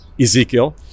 Ezekiel